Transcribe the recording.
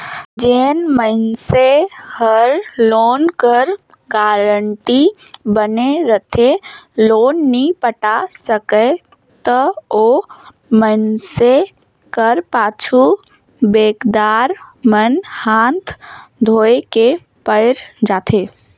जेन मइनसे हर लोन कर गारंटर बने रहथे लोन नी पटा सकय ता ओ मइनसे कर पाछू बेंकदार मन हांथ धोए के पइर जाथें